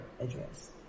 address